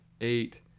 eight